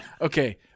Okay